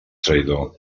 traïdor